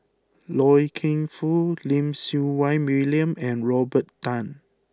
Loy Keng Foo Lim Siew Wai William and Robert Tan